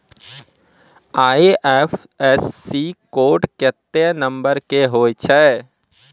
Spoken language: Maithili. आई.एफ.एस.सी कोड केत्ते नंबर के होय छै